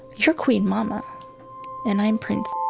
you're queen mama and i'm prince